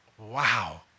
Wow